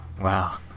Wow